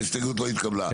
ההסתייגות לא התקבלה.